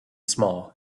small